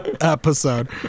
episode